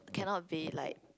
cannot be like